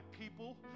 people